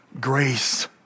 grace